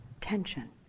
tension